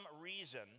reason